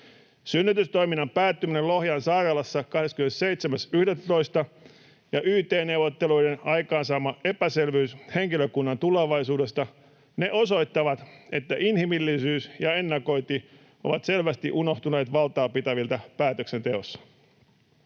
Synnytystoiminnan päättyminen Lohjan sairaalassa 27.11. ja yt-neuvotteluiden aikaansaama epäselvyys henkilökunnan tulevaisuudesta osoittavat, että inhimillisyys ja ennakointi ovat selvästi unohtuneet valtaa pitäviltä päätöksenteossa.